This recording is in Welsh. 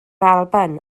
alban